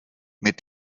mit